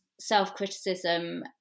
self-criticism